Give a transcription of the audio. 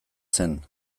zen